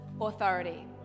authority